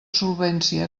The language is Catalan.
solvència